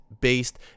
based